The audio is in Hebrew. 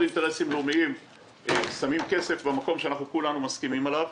אינטרסים לאומיים שמים כסף במקום שכולנו מסכימים עליו,